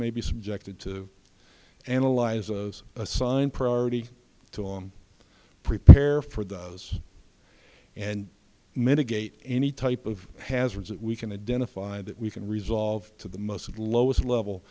may be subjected to analyze us assign priority to on prepare for those and mitigate any type of hazards that we can identify that we can resolve to the most and lowest level